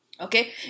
Okay